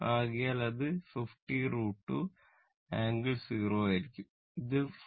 ആകയാൽ അത് 50 √ 2 ∟0 o ആയിരിക്കും ഇത് 14